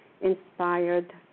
inspired